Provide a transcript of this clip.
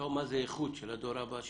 לטעום מה זה איכות של הדור הבא שלנו.